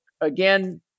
Again